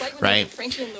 right